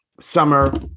summer